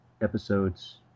episodes